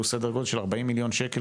הוא בסדר גודל של 40 מיליון שקלים,